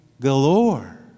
galore